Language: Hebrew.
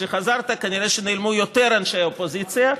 כשחזרת כנראה שנעלמו יותר אנשי אופוזיציה,